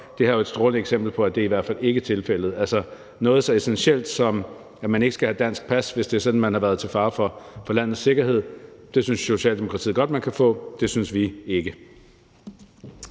det her jo et strålende eksempel på, at det i hvert fald ikke er tilfældet. Altså, når det gælder noget så essentielt, som om man skal have dansk pas, hvis det er sådan, at man har været til fare for landets sikkerhed, så synes Socialdemokratiet godt, at man kan få det, men det synes vi ikke.